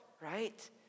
right